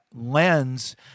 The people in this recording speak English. lens